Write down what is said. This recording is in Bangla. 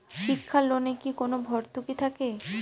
শিক্ষার লোনে কি কোনো ভরতুকি থাকে?